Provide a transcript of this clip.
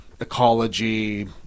ecology